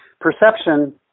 perception